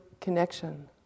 connection